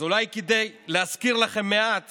אז אולי כדי להזכיר לכם מעט